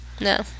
No